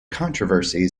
controversy